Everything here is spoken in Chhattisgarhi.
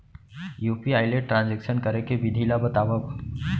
यू.पी.आई ले ट्रांजेक्शन करे के विधि ला बतावव?